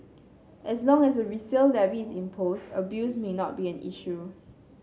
as long as a resale levy is imposed abuse may not be an issue